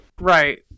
right